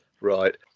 Right